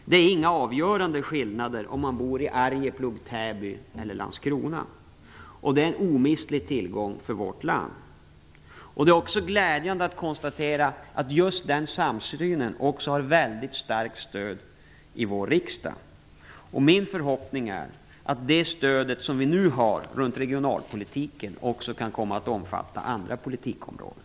Det är inga avgörande skillnader om man bor i Arjeplog, Täby eller Landskrona. Det är en omistlig tillgång för vårt land. Det är också glädjande att konstatera att just den samsynen har mycket starkt stöd i vår riksdag. Min förhoppning är att det stöd vi nu har för regionalpolitiken också kan komma att omfatta andra politikområden.